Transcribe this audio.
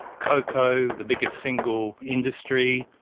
cocoa, the biggest single industry,